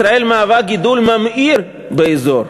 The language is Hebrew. "ישראל מהווה גידול ממאיר באזור".